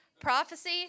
prophecy